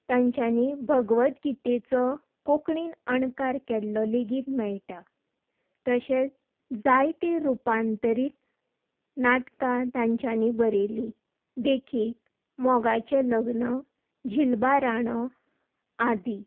तांच्यानी भगवदगीतेचो कोंकणीन अणकार केल्लो लेगीत मेळटा तशेंच जायते रुपांतरीत नाटकां तांच्यानी बरयलीं देखीक मोगाचें लग्न झिलबा राणो आदी